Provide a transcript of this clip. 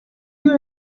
you